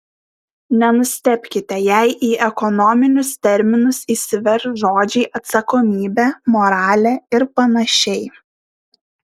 nenustebkite jei į ekonominius terminus įsiverš žodžiai atsakomybė moralė ir panašiai